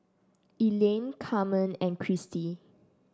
Elaine Carmen and Christie